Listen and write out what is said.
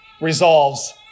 resolves